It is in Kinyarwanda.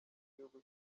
gihugu